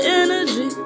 energy